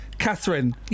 Catherine